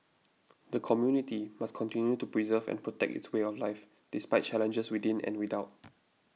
the community must continue to preserve and protect its way of life despite challenges within and without